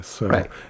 Right